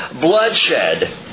bloodshed